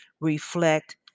reflect